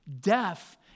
death